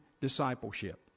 discipleship